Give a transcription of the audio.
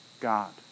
God